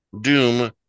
Doom